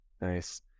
Nice